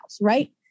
right